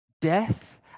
Death